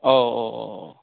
औ औ औ